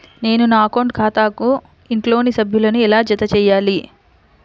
నేను నా అకౌంట్ ఖాతాకు ఇంట్లోని సభ్యులను ఎలా జతచేయాలి?